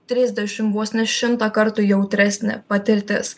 trisdešim vos ne šimtą kartų jautresnė patirtis